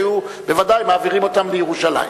היו בוודאי מעבירים אותם לירושלים.